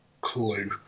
clue